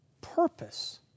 purpose